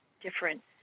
different